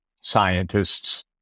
scientists